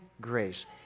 grace